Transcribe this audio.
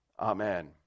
Amen